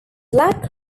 black